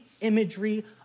imagery